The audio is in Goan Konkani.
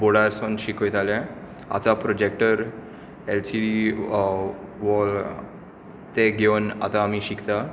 बोर्डारसून शिकयताले आतां प्रोजेक्टर एल सी डी वा ते घेवन आतां आमी शिकतात